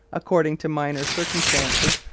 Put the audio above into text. according to minor circumstances,